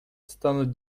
станут